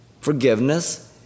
forgiveness